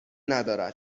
ندارد